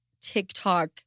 TikTok